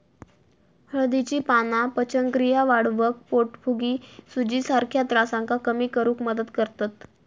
हळदीची पाना पचनक्रिया वाढवक, पोटफुगी, सुजीसारख्या त्रासांका कमी करुक मदत करतत